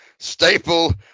staple